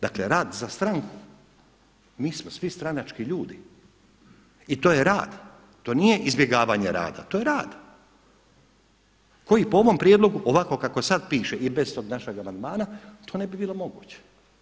Dakle rad za stranku, mi smo svi stranački ljudi i to je rad, to nije izbjegavanje rada, to je rad koji po ovom prijedlogu ovako kako sada piše i bez tog našeg amandmana to ne bi bilo moguće.